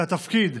את התפקיד,